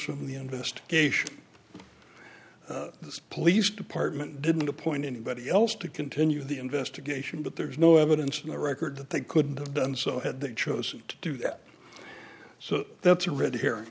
from the investigation this police department didn't appoint anybody else to continue the investigation but there's no evidence in the record that they could done so had they chosen to do that so that's a red herring